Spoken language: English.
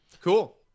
cool